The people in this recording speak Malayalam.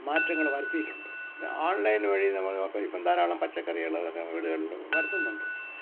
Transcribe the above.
മാറ്റങ്ങള് വരുത്തിയിട്ടുണ്ട് ആൺലൈൻ വഴി നമുക്ക് ഇപ്പം ധാരളം പച്ചക്കറികള് അതൊക്കെ വീടുകളിലും വരുത്തുന്നുണ്ട്